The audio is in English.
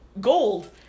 gold